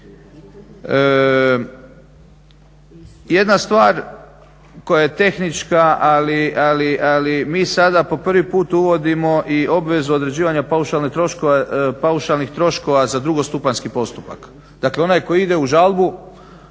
Jedna stvar koja je tehnička ali mi sada po prvi put uvodimo i obvezu određivanja paušalnih troškova za drugostupanjski postupak. Dakle, onaj koji ide u žalbu